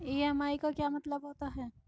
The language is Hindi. ई.एम.आई का क्या मतलब होता है?